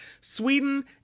Sweden